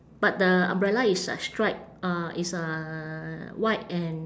but the umbrella is like stripe uh it's a white and